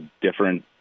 different